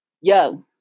Yo